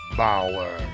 power